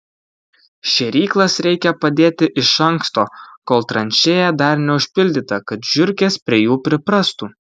šėryklas reikia padėti iš anksto kol tranšėja dar neužpildyta kad žiurkės prie jų priprastų